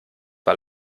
war